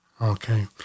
okay